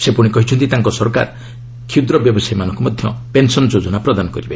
ସେ ପ୍ରଶି କହିଛନ୍ତି ତାଙ୍କ ସରକାର କ୍ଷୁଦ୍ର ବ୍ୟବସାୟୀମାନଙ୍କୁ ମଧ୍ୟ ପେନ୍ସନ୍ ଯୋଜନା ପ୍ରଦାନ କରିବ